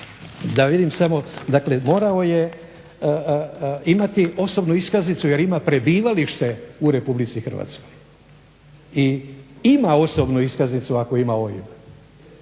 Hrvatske. Dakle morao je imati osobnu iskaznicu jer ima prebivalište u Republici Hrvatskoj i ima osobnu iskaznicu ako ima OIB.